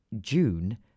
June